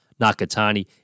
Nakatani